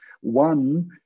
one